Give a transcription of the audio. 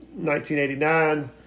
1989